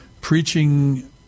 preaching